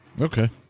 Okay